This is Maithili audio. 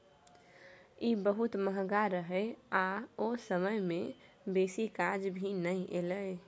ई बहुत महंगा रहे आ ओ समय में बेसी काज भी नै एले